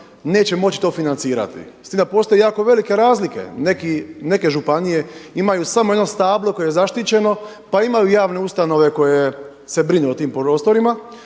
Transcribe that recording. neće moći to financirati. S time da postoje jako velike razlike, neke županije imaju samo jedno stablo koje je zaštićeno, pa imaju javne ustanove koje se brinu o tim prostorima.